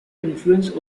influence